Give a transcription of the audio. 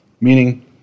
meaning